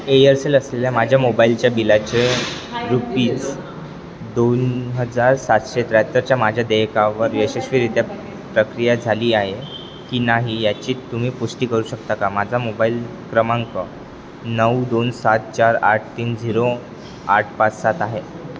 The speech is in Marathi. एयरसेल असलेल्या माझ्या मोबाईलच्या बिलाचे रुपीज दोन हजार सातशे त्र्याहत्तरच्या माझ्या देयकावर यशस्वीरित्या प्रक्रिया झाली आहे की नाही याची तुम्ही पुष्टी करू शकता का माझा मोबाईल क्रमांक नऊ दोन सात चार आठ तीन झिरो आठ पाच सात आहे